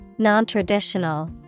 non-traditional